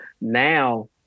now